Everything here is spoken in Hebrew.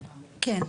כן.